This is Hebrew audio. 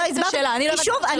שוב,